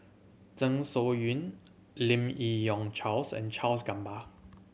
Zeng Lim Yi Yong Charles and Charles Gamba